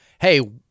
hey